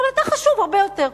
אבל אתה חשוב הרבה יותר.